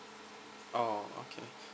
orh okay